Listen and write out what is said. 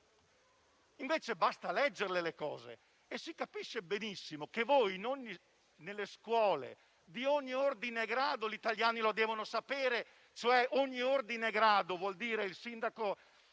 Invece basta leggere le cose e si capisce benissimo che voi nelle scuole di ogni ordine e grado - gli italiani lo devono sapere; ogni ordine e grado vuol dire, come il sindaco,